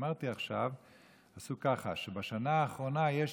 שאמרתי עכשיו עשו ככה שבשנה האחרונה יש